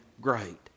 great